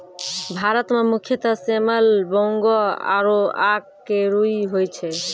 भारत मं मुख्यतः सेमल, बांगो आरो आक के रूई होय छै